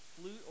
flute